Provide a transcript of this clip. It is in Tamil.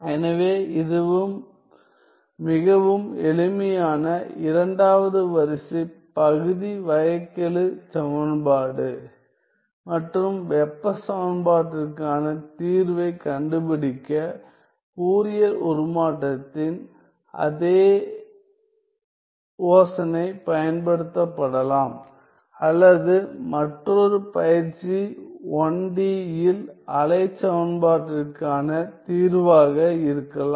எனவே இது மிகவும் எளிமையான இரண்டாவது வரிசை பகுதி வகைக்கெழு சமன்பாடு மற்றும் வெப்ப சமன்பாட்டிற்கான தீர்வைக் கண்டுபிடிக்க ஃபோரியர் உருமாற்றத்தின் அதே யோசனை பயன்படுத்தப்படலாம் அல்லது மற்றொரு பயிற்சி 1 D இல் அலை சமன்பாட்டிற்கான தீர்வாக இருக்கலாம்